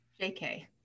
JK